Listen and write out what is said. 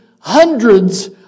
hundreds